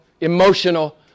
emotional